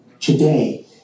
today